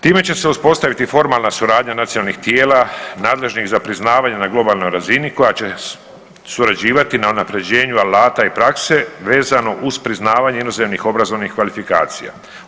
Time će se uspostaviti formalna suradnja nacionalnih tijela nadležnih za priznavanje na globalnoj razini koja će surađivati na unapređenju alata i prakse vezano uz priznavanje inozemnih obrazovnih kvalifikacija.